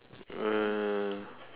uh